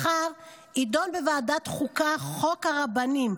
מחר יידון בוועדת חוקה חוק הרבנים,